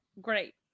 great